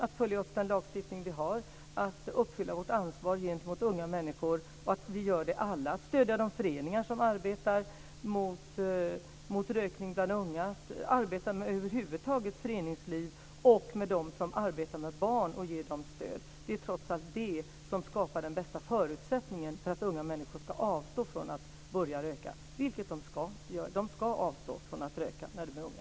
Vi ska följa upp den lagstiftning vi har och vi ska alla uppfylla vårt ansvar gentemot unga människor. Vi ska stödja de föreningar som arbetar mot rökning bland unga, och över huvud taget arbeta med föreningsliv och med dem som arbetar med barn och ge dem stöd. Jag vidhåller att allt detta trots allt är det som skapar den bästa förutsättningen för att unga människor ska avstå från att börja röka, vilket de ska göra. De ska avstå från att röka när de är unga.